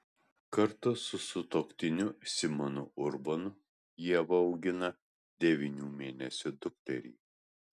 kartu su sutuoktiniu simonu urbonu ieva augina devynių mėnesių dukterį